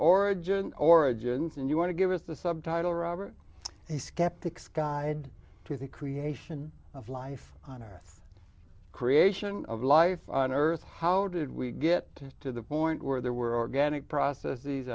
origin origins and you want to give us the subtitle robert the skeptics guide to the creation of life on earth creation of life on earth how did we get to the point where there were organic process these